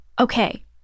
Okay